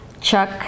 Chuck